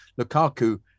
Lukaku